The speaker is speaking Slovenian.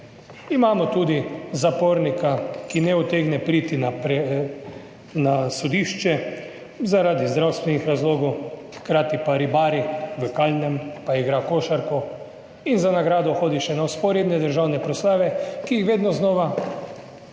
Imamo tudi zapornika, ki ne utegne priti na sodišče zaradi zdravstvenih razlogov, hkrati pa ribari v kalnem, pa igra košarko in za nagrado hodi še na vzporedne državne proslave, ki jih vedno znova sedanja